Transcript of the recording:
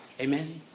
Amen